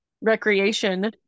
recreation